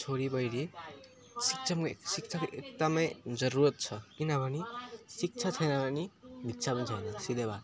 छोरी बहिनी शिक्षामा शिक्षामा एकदमै जरुरत छ किनभने शिक्षा छैन भने भिक्षा पनि छैन सिधै बात